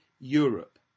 Europe